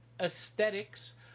aesthetics